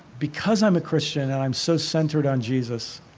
because i'm a christian and i'm so centered on jesus,